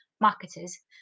marketers